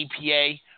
EPA